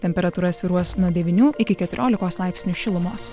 temperatūra svyruos nuo devynių iki keturiolikos laipsnių šilumos